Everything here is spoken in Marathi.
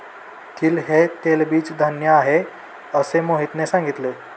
तीळ हे तेलबीज धान्य आहे, असे मोहितने सांगितले